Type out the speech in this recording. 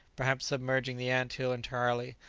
perhaps submerging the ant-hill entirely,